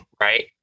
Right